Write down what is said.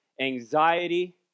anxiety